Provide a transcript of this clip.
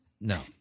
No